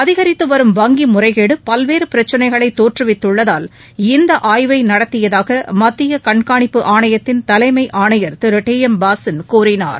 அதிகரித்து வரும் வங்கி முறைகேடு பல்வேறு பிரச்சினைகளை தோற்றுவித்துள்ளதால் இந்த ஆய்வை நடத்தியதாக மத்திய கண்காணிப்பு ஆணையத்தின் தலைமை ஆணையர் திரு டி எம் பாஸின் கூறினார்